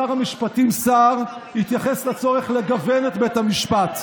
שר המשפטים סער התייחס לצורך לגוון את בית המשפט,